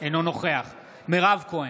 אינו נוכח מירב כהן,